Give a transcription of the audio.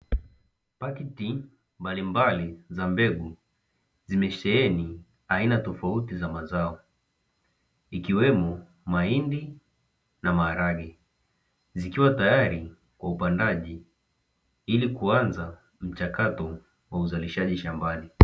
Pakiti mbalimbali za mbegu zimesheheni aina tofauti za mbegu, ikiwemo mahindi na maharage, zikiwa tayari kwa upandaji ili kuanza mchakato wa uzalishaji shambani.